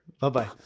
Bye-bye